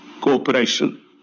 cooperation